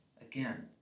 again